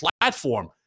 platform